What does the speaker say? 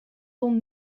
ton